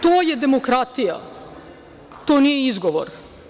To je demokratija, to nije izgovor.